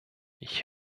ich